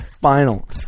final